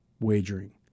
wagering